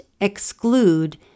exclude